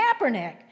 Kaepernick